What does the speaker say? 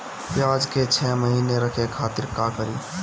प्याज के छह महीना रखे खातिर का करी?